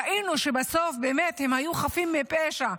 ראינו שבסוף באמת הם היו חפים מפשע,